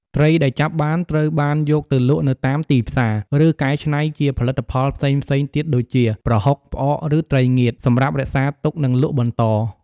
ត្រីដែលចាប់បានត្រូវបានយកទៅលក់នៅតាមទីផ្សារ ឬកែច្នៃជាផលិតផលផ្សេងៗទៀតដូចជា ប្រហុក ផ្អក ឬត្រីងៀត សម្រាប់រក្សាទុក និងលក់បន្ត។